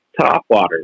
topwaters